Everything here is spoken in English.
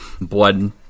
blood